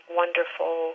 wonderful